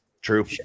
True